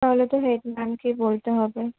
তাহলে তো হেড ম্যামকেই বলতে হবে